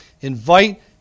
invite